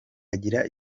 agira